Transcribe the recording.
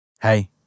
Hey